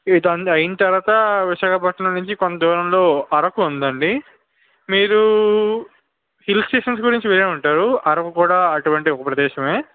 ఇదంతా అయిన తరవాత విశాఖపట్నం నుంచి కొంత దూరంలో అరకు ఉంది అండి మీరు హిల్ స్టేషన్స్ గురించి వినే ఉంటారు అరకు కూడా అటువంటి ఒక ప్రదేశమే